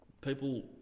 people